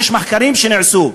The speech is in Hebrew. יש מחקרים שנעשו.